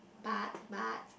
but but